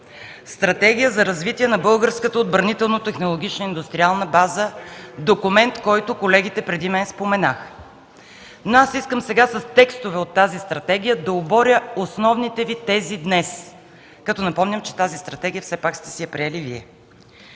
Стратегия за развитие на българската отбранително-технологична индустриална база, документ, който колегите преди мен споменаха. Искам сега с текстове от тази стратегия да оборя основните Ви тези днес. Напомням, че все пак тази стратегия сте си я приели Вие.